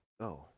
go